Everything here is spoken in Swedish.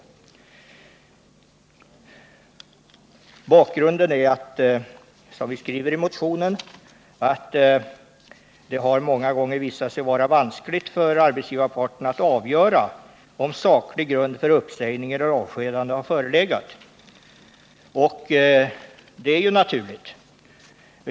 Bakgrunden är som vi skriver i motionen att det många gånger har visat sig vara vanskligt för arbetsgivarparten att avgöra om saklig grund för uppsägning eller avskedande har förelegat, vilket är naturligt.